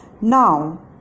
Now